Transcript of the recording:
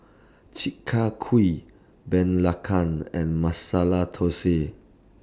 Chi Kak Kuih Belacan and Masala Thosai